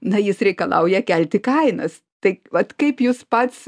na jis reikalauja kelti kainas tai vat kaip jūs pats